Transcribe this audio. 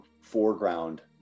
foreground